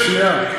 שנייה,